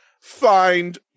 find